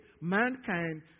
mankind